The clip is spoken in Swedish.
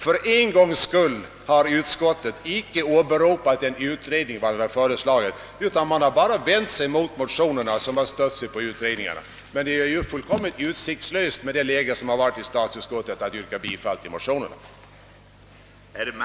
För en gångs skull har utskottet icke åberopat vad en utredning föreslagit utan bara vänt sig mot motionerna, som baserats på utredningen. Men det är tyvärr utsiktslöst, med det läge som varit i statsutskottet, att vinna bifall till motionerna.